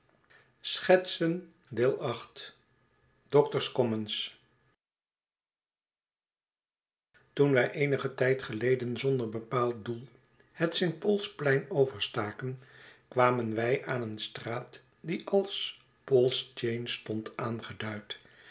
doctor's commons x toen wij eenigen tijd geleden zonder bepaald doel het st pauls plein overstaken kwamen wij aan een straat die als paul'schain stond aangeduid